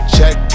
Check